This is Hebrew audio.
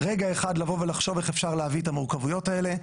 רגע אחד לבוא ולחשוב איך אפשר להביא את המורכבויות האלה?